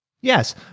Yes